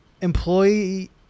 employee